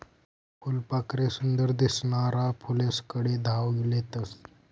फुलपाखरे सुंदर दिसनारा फुलेस्कडे धाव लेतस